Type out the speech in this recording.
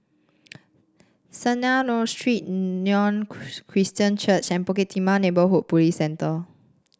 Street Christian Church and Bukit Timah Neighbourhood Police Centre